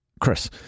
Chris